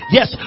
Yes